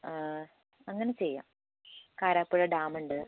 അങ്ങനെ ചെയ്യാം കാരാപ്പുഴ ഡാമുണ്ട്